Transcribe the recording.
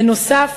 בנוסף,